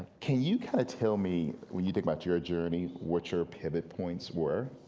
can you kind of tell me, when you think about your journey, what your pivot points were?